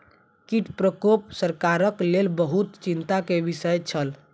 कीट प्रकोप सरकारक लेल बहुत चिंता के विषय छल